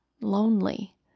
Lonely